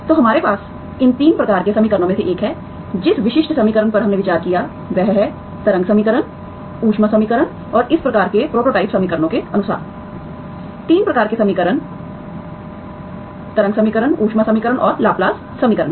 तो हमारे पास इन ३ प्रकार के समीकरणों में से एक है जिस विशिष्ट समीकरण पर हमने विचार किया है वह है तरंग समीकरण ऊष्मा समीकरण और इस प्रकार के प्रोटोटाइप समीकरण के अनुसार ३ प्रकार के समीकरण तरंग समीकरण ऊष्मा समीकरण और लाप्लास समीकरण हैं